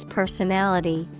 personality